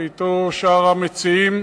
ואתו שאר המציעים,